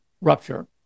rupture